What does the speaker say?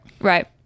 Right